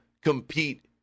compete